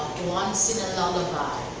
once in a lullaby.